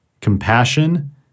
compassion